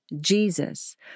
Jesus